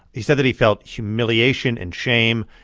he said that he felt humiliation and shame.